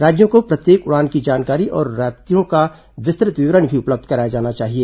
राज्यों को प्रत्येक उड़ान की जानकारी और यात्रियों का विस्तृत विवरण भी उपलब्ध कराया जाना चाहिए